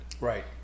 Right